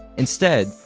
instead,